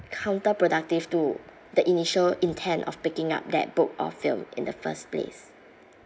counter productive to the initial intent of picking up that book or film in the first place